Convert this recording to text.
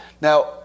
Now